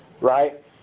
right